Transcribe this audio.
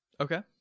Okay